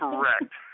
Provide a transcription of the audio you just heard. Correct